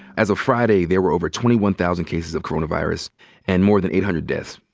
as of friday, there were over twenty one thousand cases of coronavirus and more than eight hundred deaths.